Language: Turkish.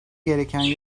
gereken